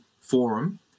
forum